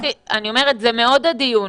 אגב, זה מאוד הדיון.